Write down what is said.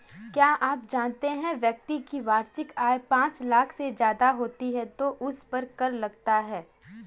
क्या आप जानते है व्यक्ति की वार्षिक आय पांच लाख से ज़्यादा होती है तो उसपर कर लगता है?